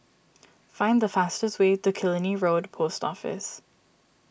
find the fastest way to Killiney Road Post Office